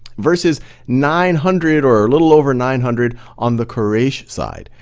versus nine hundred or a little over nine hundred on the quraysh side.